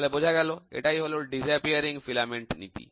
তাহলে বোঝা গেল এটাই হলো অদৃশ্য ফিলামেন্ট নীতি